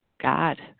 God